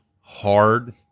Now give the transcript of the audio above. hard